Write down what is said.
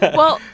but well,